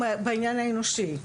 גם בעניין האנושי,